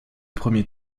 premier